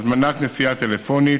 הזמנת נסיעה טלפונית,